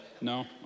No